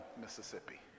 Mississippi